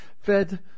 fed